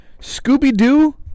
Scooby-Doo